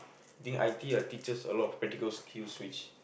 think I_T_E uh teaches a lot of practical skills which